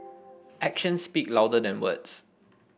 action speak louder than words